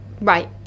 Right